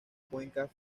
cuencas